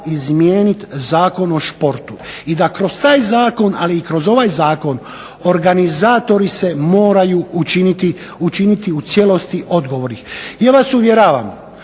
izmijeniti Zakon o športu, i da kroz taj zakon, ali i kroz ovaj zakon organizatori se moraju učiniti u cijelosti odgovori. Ja vas uvjeravam